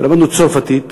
ולמדנו צרפתית,